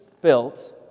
built